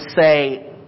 say